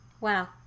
wow